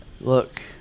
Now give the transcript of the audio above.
Look